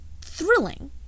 thrilling